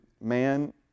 man